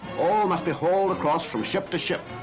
all must be hauled across from ship to ship.